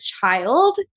child